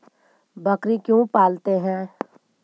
बकरी क्यों पालते है?